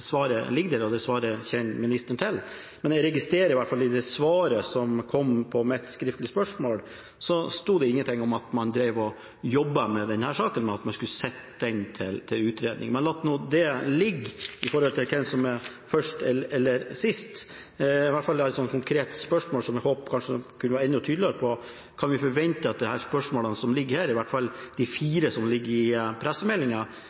svaret ligger der, og det svaret kjenner ministeren til. Men jeg registrerer i hvert fall at i det svaret som kom på mitt skriftlige spørsmål, sto det ingenting om at man drev og jobbet med denne saken, men at man skulle sette den til utredning. Man la nå det ligge, med tanke på hvem som er først eller sist. Jeg har i hvert fall et konkret spørsmål som jeg håper statsråden kanskje kunne være enda tydeligere på. Kan vi forvente at disse spørsmålene, i hvert fall de fire som ligger i